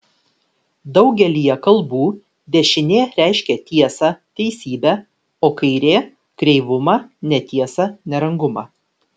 daugelyje kalbų dešinė reiškia tiesą teisybę o kairė kreivumą netiesą nerangumą